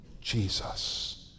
Jesus